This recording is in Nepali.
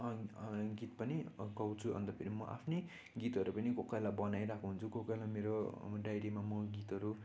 गीत पनि गाउँछु अन्त फेरि म आफ्नै गीतहरू पनि कोही कोही बेला बनाइरहेको हुन्छु कोही कोही बेला मेरो डाइरीमा म गीतहरू